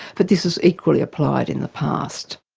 but this has equally applied in the past.